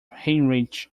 heinrich